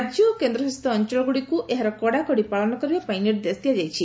ରାଜ୍ୟ ଓ କେନ୍ଦ୍ରଶାସିତ ଅଞ୍ଚଳଗୁଡ଼ିକୁ ଏହାର କଡ଼ାକଡ଼ି ପାଳନ କରିବା ପାଇଁ ନିର୍ଦ୍ଦେଶ ଦିଆଯାଇଛି